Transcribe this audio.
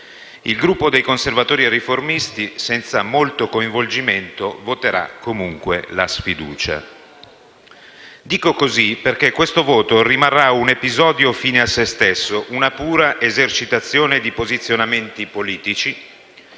Il Gruppo dei Conservatori e Riformisti, senza molto coinvolgimento, voterà comunque la sfiducia. Dico così perché questo voto rimarrà un episodio fine a se stesso, una pura esercitazione di posizionamenti politici